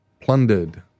plundered